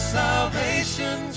salvation